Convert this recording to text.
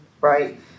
right